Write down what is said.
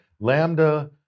lambda